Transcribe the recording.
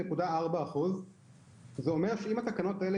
זה פוגע במועילות החיסון.